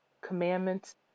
commandments